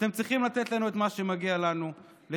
אתם צריכים לתת לנו את מה שמגיע לנו כדי